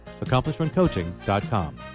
AccomplishmentCoaching.com